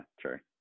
sure